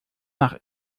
nach